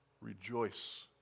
Rejoice